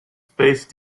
face